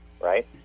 right